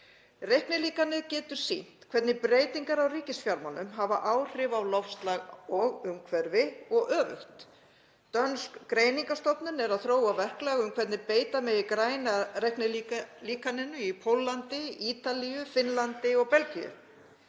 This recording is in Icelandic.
Reiknilíkanið getur sýnt hvernig breytingar á ríkisfjármálum hafa áhrif á loftslag og umhverfi og öfugt. Dönsk greiningarstofnun er að þróa verklag um hvernig beita megi græna reiknilíkaninu í Póllandi, Ítalíu, Finnlandi og Belgíu.